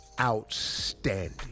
Outstanding